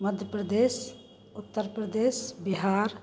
Madhya Pradesh Uttar Pradesh Bihar